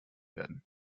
werden